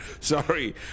Sorry